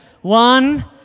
One